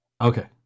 Okay